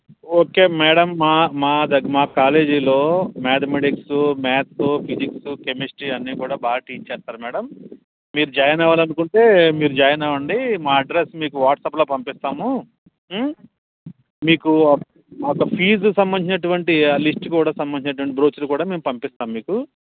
okay madam మా మా ద మా కాలేజీలో మ్యాథమెటిక్సు మ్యాత్సు ఫిజిక్సు కెమిస్ట్రీ అన్నీ కూడా బాగా టీచ్ చేస్తారు మేడం మీరు జాయిన్ అవ్వాలనుకుంటే మీరు జాయిన్ అవ్వండి మా అడ్రస్ మీకు వాట్సాప్లో పంపిస్తాము మీకు ఒక ఫీజు సంబంధించినటువంటి ఆ లిస్ట్ కూడా సంబంధించినటువంటి బ్రోచర్ కూడా మేము పంపిస్తాము మీకు